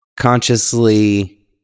consciously